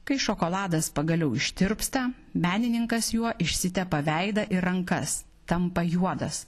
kai šokoladas pagaliau ištirpsta menininkas juo išsitepa veidą ir rankas tampa juodas